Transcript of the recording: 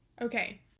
Okay